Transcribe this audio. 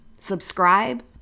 subscribe